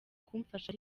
kumfasha